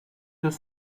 deux